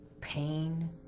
pain